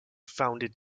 founded